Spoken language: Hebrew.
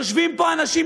יושבים פה אנשים,